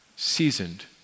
Seasoned